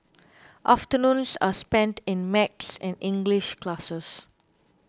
afternoons are spent in maths and English classes